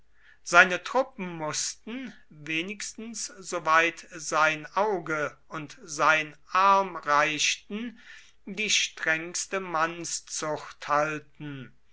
seine truppen mußten wenigstens so weit sein auge und sein arm reichten die strengste mannszucht halten